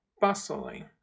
bustling